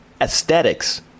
aesthetics